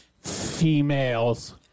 females